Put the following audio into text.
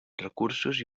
recursos